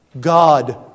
God